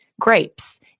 grapes